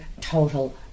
total